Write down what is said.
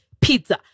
Pizza